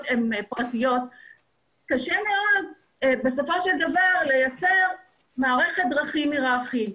הן פרטיות קשה מאוד לייצר מערכת דרכים היררכית,